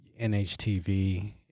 NHTV